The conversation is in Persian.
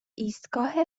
ایستگاه